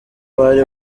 bari